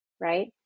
right